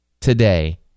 today